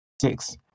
six